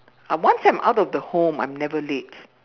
uh once I'm out of the home I'm never late